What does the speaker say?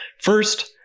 First